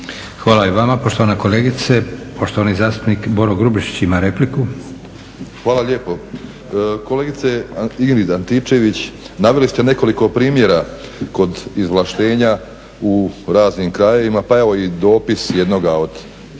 Hvala i vama poštovana kolegice. Poštovani zastupnik Boro Grubišić, ima repliku. **Grubišić, Boro (HDSSB)** Hvala lijepo. Kolegice Ingrid Antičević, naveli ste nekoliko primjera kod izvlaštenja u raznim krajevima, pa evo i dopis jednoga od